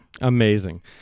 Amazing